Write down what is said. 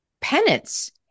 penance